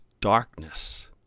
darkness